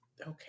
Okay